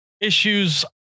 issues